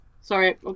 sorry